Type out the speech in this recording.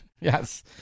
Yes